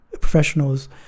professionals